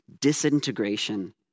disintegration